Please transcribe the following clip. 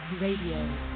Radio